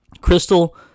Crystal